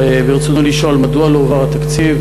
רצוני לשאול: 1. מדוע לא הועבר התקציב?